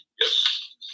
Yes